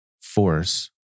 Force